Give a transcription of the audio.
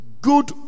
good